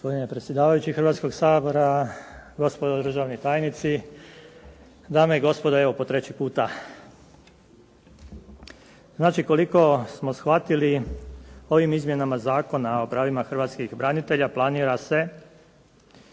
Gospodine predsjedavajući Hrvatskog sabora, gospodo državni tajnici, dame i gospodo evo po treći puta. Znači koliko smo shvatili ovim izmjenama Zakona o pravima hrvatskih branitelja planira se